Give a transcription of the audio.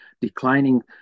declining